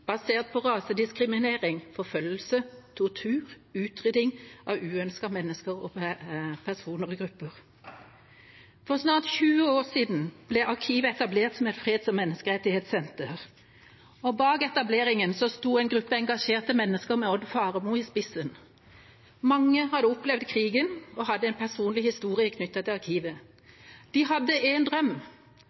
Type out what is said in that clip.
basert på rasediskriminering, forfølgelse, tortur – utrydding av uønskede mennesker og grupper. For snart 20 år siden ble Arkivet etablert som et freds- og menneskerettighetssenter. Bak etableringen sto en gruppe engasjerte mennesker med Osmund Faremo i spissen. Mange hadde opplevd krigen og hadde en personlig historie knyttet til Arkivet. De hadde en drøm.